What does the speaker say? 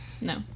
No